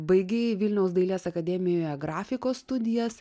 baigei vilniaus dailės akademijoje grafikos studijas